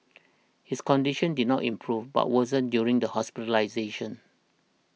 his condition did not improve but worsened during the hospitalisation